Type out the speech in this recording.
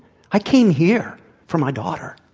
i came here for my daughter.